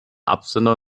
absender